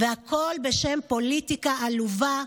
והכול בשם פוליטיקה עלובה,